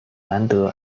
兰德